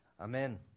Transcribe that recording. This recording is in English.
Amen